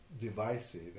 Divisive